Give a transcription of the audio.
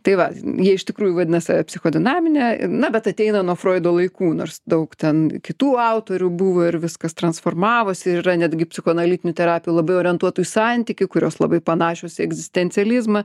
tai va jie iš tikrųjų vadinasi a psicho dinamine na bet ateina nuo froido laikų nors daug ten kitų autorių buvo ir viskas transformavosi ir yra netgi psichoanalitinių terapijų labai orientuotų į santykių kurios labai panašios į egzistencializmą